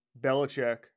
Belichick